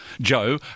Joe